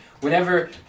whenever